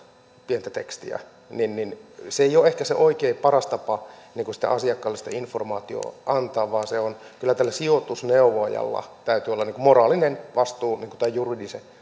pientä tekstiä ei ole ehkä se oikea paras tapa asiakkaalle sitä informaatiota antaa vaan kyllä tällä sijoitusneuvojalla täytyy olla moraalinen vastuu tämän juridisen